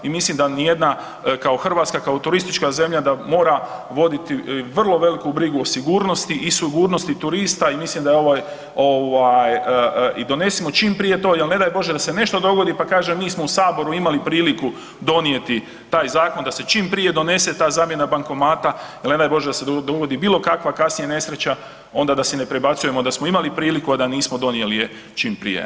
I mislim da nijedna kao Hrvatska kao turistička zemlja da mora voditi vrlo veliku brigu o sigurnosti i sigurnosti turista i mislim da je to i donesimo čim prije to jel ne daj Bože da se nešto dogodi pa kaže mi smo u Saboru imali priliku donijeti taj zakon da se čim prije donese ta zamjena bankomata jel ne daj Bože da se dogodi bilo kakva kasnije nesreća onda da si ne prebacujemo da smo imali priliku, a da nismo donijeli je čim prije.